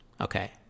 Okay